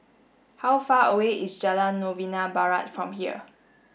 how far away is Jalan Novena Barat from here